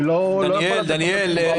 אני לא יכול לתת לכם תשובה מהשרוול.